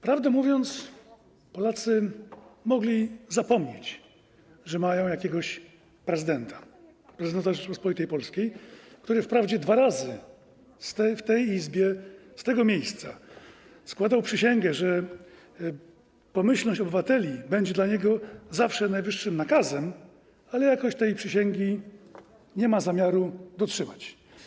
Prawdę mówiąc, Polacy mogli zapomnieć, że mają jakiegoś prezydenta, prezydenta Rzeczypospolitej Polskiej, który wprawdzie dwa razy w tej Izbie z tego miejsca składał przysięgę, że pomyślność obywateli będzie dla niego zawsze najwyższym nakazem, ale jakoś tej przysięgi nie ma zamiaru dotrzymać.